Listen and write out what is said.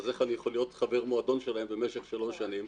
איך אני יכול להיות חבר מועדון שלהם במשך שלוש שנים?